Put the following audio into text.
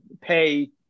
pay